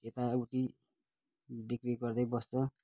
यताउति बिक्री गर्दै बस्छ